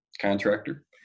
contractor